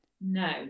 No